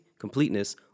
completeness